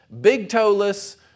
big-toeless